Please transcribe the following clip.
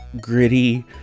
gritty